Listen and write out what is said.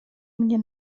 mnie